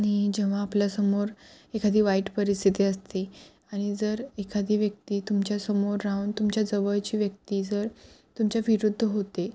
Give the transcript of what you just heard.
आणि जेव्हा आपल्यासमोर एखादी वाईट परिस्थिती असते आणि जर एखादी व्यक्ती तुमच्यासमोर राहून तुमच्या जवळची व्यक्ती जर तुमच्या विरुद्ध होते